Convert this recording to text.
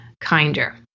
kinder